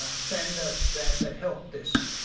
um standard ah that that help this.